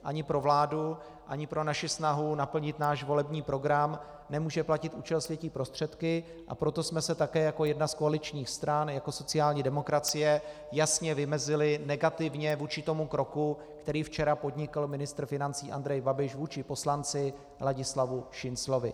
Ani pro vládu ani pro naši snahu naplnit náš volební program nemůže platit účel světí prostředky, a proto jsme se také jako jedna z koaličních stran, jako sociální demokracie, jasně vymezili negativně vůči tomu kroku, který včera podnikl ministr financí Andrej Babiš vůči poslanci Ladislavu Šinclovi.